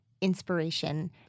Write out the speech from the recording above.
inspiration